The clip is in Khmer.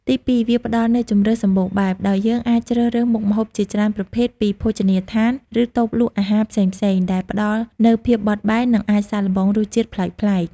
ទីពីរ វាផ្តល់នូវ ជម្រើសសម្បូរបែប ដោយយើងអាចជ្រើសរើសមុខម្ហូបជាច្រើនប្រភេទពីភោជនីយដ្ឋាន ឬតូបលក់អាហារផ្សេងៗ ដែលផ្តល់នូវភាពបត់បែន និងអាចសាកល្បងរសជាតិប្លែកៗ។